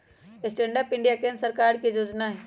stand up India केंद्र सरकार के जोजना हइ